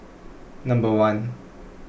number one